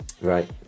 right